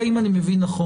כרגע, אם אני מבין נכון,